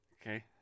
Okay